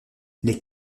les